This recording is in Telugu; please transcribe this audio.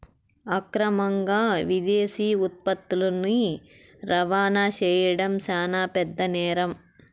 అక్రమంగా విదేశీ ఉత్పత్తులని రవాణా చేయడం శాన పెద్ద నేరం